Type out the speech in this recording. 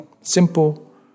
simple